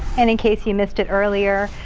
and in case you missed it earlier.